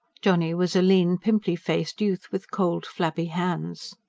johnny was a lean, pimply-faced youth, with cold, flabby hands.